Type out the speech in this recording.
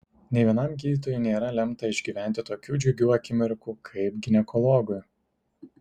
nė vienam gydytojui nėra lemta išgyventi tokių džiugių akimirkų kaip ginekologui